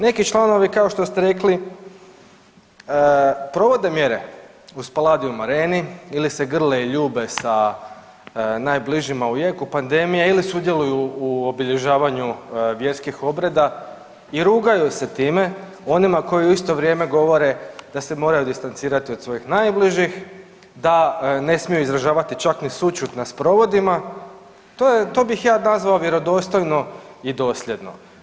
Neki članovi kao što ste rekli, provode mjere u Spaladium areni ili se grle i ljube sa najbližim u jeku pandemije ili sudjeluju u obilježavanju vjerskih obreda i rugaju se time onima koji u isto vrijeme govore da se moraju distancirati od svojih najbližih, da ne smiju izražavati čak ni sućut na sprovodima, to bih ja nazvao vjerodostojno i dosljedno.